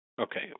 Okay